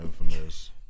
Infamous